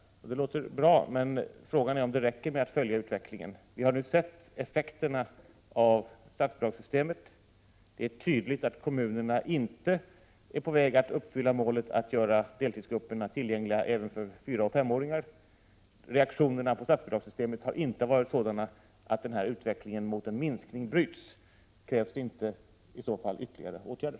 Det låter bra, men frågan är om det räcker. Vi ser ju effekterna av statsbidragssystemet. Det är tydligt att kommunerna inte är på väg att uppfylla målet att göra deltidsgrupperna tillgängliga även för 4 och S5-åringar. Reaktionerna på statsbidragssystemet har inte varit sådana att utvecklingen mot en minskning bryts. Krävs då inte ytterligare åtgärder?